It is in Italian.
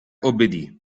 obbedì